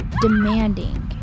demanding